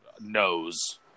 knows